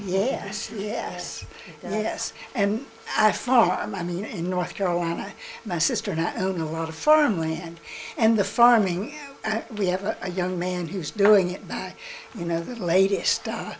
yes yes yes and i farm i mean in north carolina my sister and i own a lot of farmland and the farming we have a young man who's doing it by you know this latest